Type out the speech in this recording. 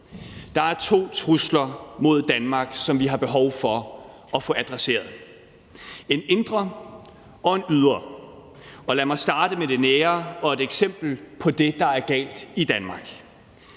Der er to trusler mod Danmark, som vi har behov for at få adresseret, en indre og en ydre, og lad mig starte med det nære og et eksempel på det, der er galt i Danmark: